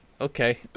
Okay